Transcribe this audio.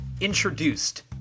introduced